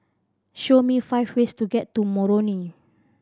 show me five ways to get to Moroni